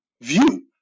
view